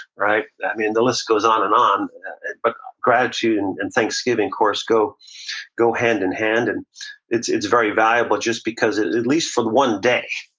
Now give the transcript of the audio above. right? i mean the list goes on and on, but gratitude and and thanksgiving course go go hand-in-hand. and it's it's very valuable just because, at least, for one day,